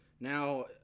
Now